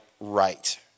right